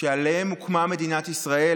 שעליהם הוקמה מדינת ישראל,